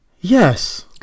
Yes